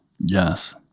yes